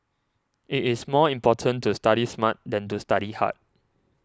it is more important to study smart than to study hard